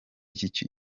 iki